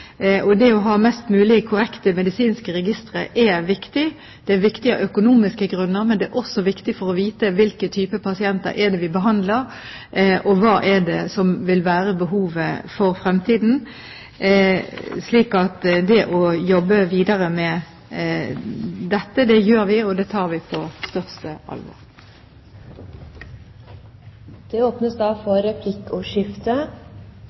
koding. Det å ha mest mulig korrekte medisinske registre er viktig. Det er viktig av økonomiske grunner, men det er også viktig for å vite hvilken type pasienter vi behandler, og hva vil være behovet for fremtiden. Det jobber vi videre med, og det tar vi på største